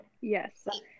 Yes